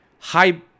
high